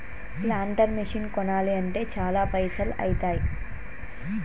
planter machine కొనాలి అంటే చాల పైసల్ ఐతాయ్